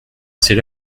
c’est